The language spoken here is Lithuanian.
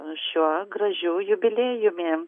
šiuo gražiu jubiliejumi